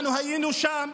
אנחנו היינו שם,